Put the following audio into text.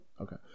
Okay